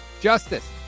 Justice